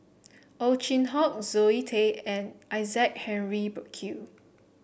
Ow Chin Hock Zoe Tay and Isaac Henry Burkill